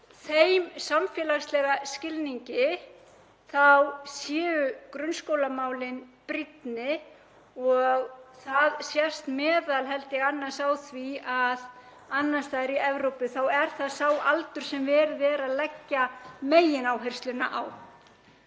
þeim samfélagslega skilningi þá séu grunnskólamálin brýnni og það sést m.a. á því að annars staðar í Evrópu er það sá aldur sem verið er að leggja megináherslu á.